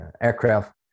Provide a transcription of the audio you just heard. aircraft